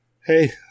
Hey